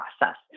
process